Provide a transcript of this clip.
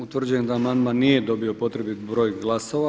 Utvrđujem da amandman nije dobio potrebit broj glasova.